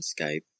Skype